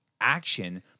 action